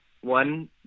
one